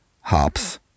hops